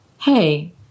Hey